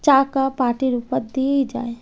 চাকাও পাটির উপর দিয়েই যায়